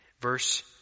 Verse